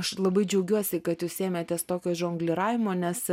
aš labai džiaugiuosi kad jūs ėmėtės tokio žongliravimo nes